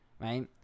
right